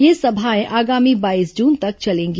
ये सभाएं आगामी बाईस जुन तक चलेंगी